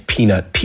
Peanut